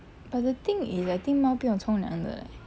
but the thing is I think 猫不用冲凉的 leh